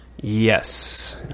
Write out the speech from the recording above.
Yes